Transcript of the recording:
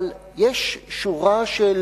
אבל יש שורה של